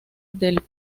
del